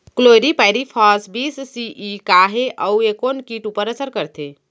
Chlorpyrifos बीस CE का हे अऊ ए कोन किट ऊपर असर करथे?